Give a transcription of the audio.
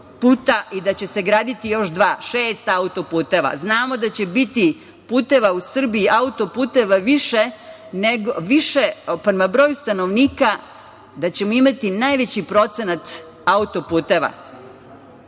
autoputa i da će se graditi još dva, šest autoputeva. Znamo da će biti puteva u Srbiji, autoputeva, više prema broju stanovnika, da ćemo imati najveći procenata autoputeva. Znamo